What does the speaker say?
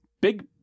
big